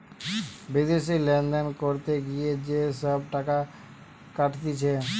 বিদেশি লেনদেন করতে গিয়ে যে সব টাকা কাটতিছে